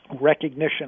recognition